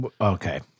Okay